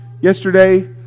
Yesterday